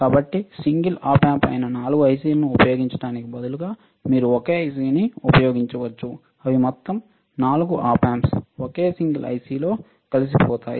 కాబట్టి single op amp అయిన 4 ఐసిలను ఉపయోగించటానికి బదులుగా మీరు ఒకే ఐసిని ఉపయోగించవచ్చు అవి మొత్తం 4 ఆప్ ఆంప్స్ ఒకే సింగిల్ ఐసిలో కలిసిపోయాయి